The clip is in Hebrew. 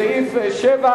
סעיף 7,